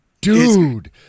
dude